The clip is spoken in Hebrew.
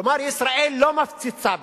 כלומר, ישראל לא מפציצה בעזה,